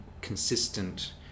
consistent